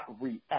react